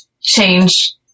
change